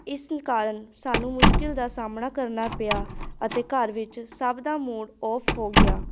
ਇਸ ਕਾਰਨ ਸਾਨੂੰ ਮੁਸ਼ਕਿਲ ਦਾ ਸਾਹਮਣਾ ਕਰਨਾ ਪਿਆ ਅਤੇ ਘਰ ਵਿੱਚ ਸਭ ਦਾ ਮੂਡ ਔਫ ਹੋ ਗਿਆ